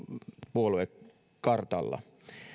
puoluekartalla